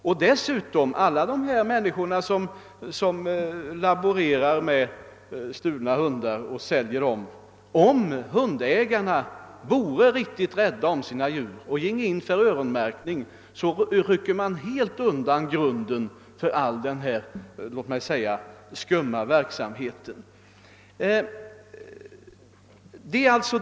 Om hundägarna vore riktigt rädda om sina djur och ginge in för öronmärkning, ryckte de faktiskt helt undan grunden för all denna skumma verksamhet med stulna hundar.